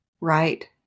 Right